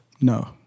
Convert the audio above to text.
No